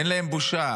אין להם בושה.